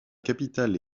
capitale